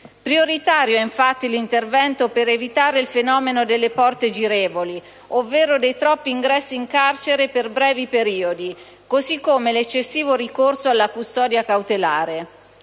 Prioritario è infatti l'intervento volto ad evitare il fenomeno delle porte girevoli, ovvero dei troppi ingressi in carcere per brevi periodi, così come l'eccessivo ricorso alla custodia cautelare: